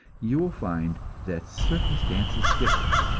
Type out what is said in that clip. you will find that circumstances differ,